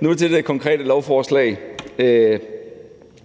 Nu til det konkrete lovforslag.